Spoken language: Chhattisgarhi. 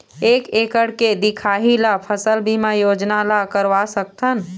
एक एकड़ के दिखाही ला फसल बीमा योजना ला करवा सकथन?